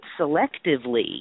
selectively